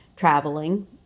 traveling